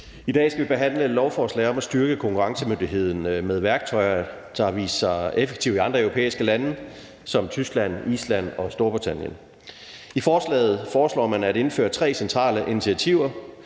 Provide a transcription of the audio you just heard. I dag skal vi behandle et lovforslag om at styrke konkurrencemyndigheden med værktøjer, der har vist sig effektive i andre europæiske lande som Tyskland, Island og Storbritannien. I forslaget foreslås det at indføre tre centrale initiativer: